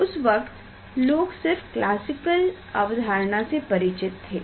उस वक्त लोग सिर्फ क्लासिकल अवधारणा से परिचित थे